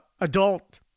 adult